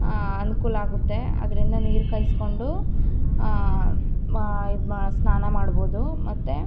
ಅನುಕೂಲ ಆಗುತ್ತೆ ಅದರಿಂದ ನೀರು ಕಾಯಿಸಿಕೊಂಡು ಇದು ಮಾಡಿ ಸ್ನಾನ ಮಾಡಬಹುದು ಮತ್ತೆ